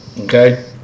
okay